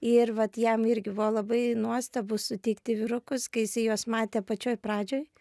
ir vat jam irgi buvo labai nuostabu sutikti vyrukus kai jisai juos matė pačioj pradžioj